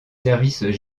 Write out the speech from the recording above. services